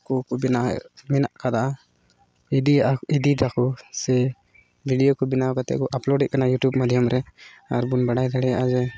ᱢᱮᱱᱟᱜ ᱠᱟᱫᱟ ᱤᱫᱤ ᱤᱫᱤ ᱫᱟᱠᱚ ᱥᱮ ᱵᱷᱤᱰᱭᱳ ᱠᱚ ᱵᱮᱱᱟᱣ ᱠᱟᱛᱮᱫ ᱠᱚ ᱟᱯᱞᱳᱰᱮᱫ ᱠᱟᱱᱟ ᱤᱭᱩᱴᱩᱵᱽ ᱢᱟᱫᱽᱫᱷᱚᱢ ᱨᱮ ᱟᱨ ᱵᱚᱱ ᱵᱟᱲᱟᱭ ᱫᱟᱲᱮᱭᱟᱜᱼᱟ ᱡᱮ